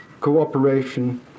cooperation